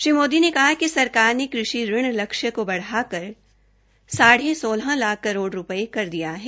श्री मोदी ने कहा कि सरकार ने कृषि ऋण लक्ष्य को बढ़ाकर साढ़े सोलह लाख करोड़ रूपये कर दिया है